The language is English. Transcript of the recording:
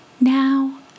Now